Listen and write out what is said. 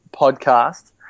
podcast